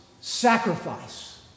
sacrifice